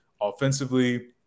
offensively